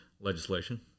Legislation